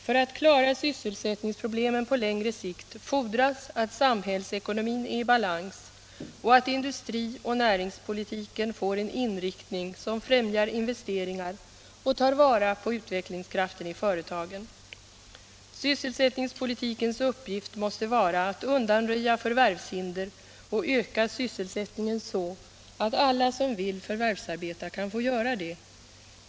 För att klara sysselsättningsproblemen på längre sikt fordras att samhällsekonomin är i balans och att industri och näringspolitiken får en inriktning som främjar investeringar och tar vara på utvecklingskraften i företagen. Sysselsättningspolitikens uppgift måste vara att undanröja förvärvshinder och öka sysselsättningen så att alla som vill förvärvsarbeta kan få göra det.